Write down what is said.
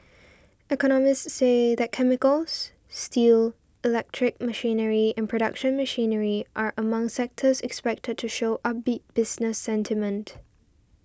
economists say that chemicals steel electric machinery and production machinery are among sectors expected to show upbeat business sentiment